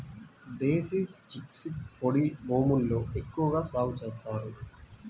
దేశీ chickpeas పొడి భూముల్లో ఎక్కువగా సాగు చేస్తారు